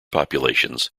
populations